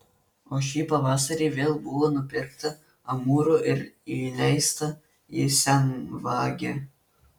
o šį pavasarį vėl buvo nupirkta amūrų ir įleista į senvagę